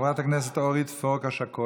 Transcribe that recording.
חברת הכנסת אורית פרקש-הכהן,